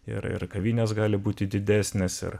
ir ir kavinės gali būti didesnės ir